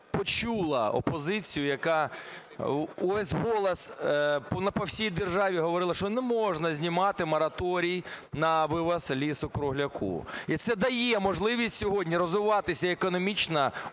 почула опозицію, яка у весь голос по всій державі говорила, що не можна знімати мораторій на вивіз лісу-кругляка. І це дає можливість сьогодні розвиватися економічно Україні